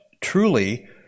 truly